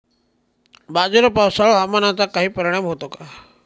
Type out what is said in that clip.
बाजरीवर पावसाळा हवामानाचा काही परिणाम होतो का?